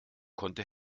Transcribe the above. konnte